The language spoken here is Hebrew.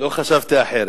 לא חשבתי אחרת.